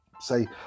say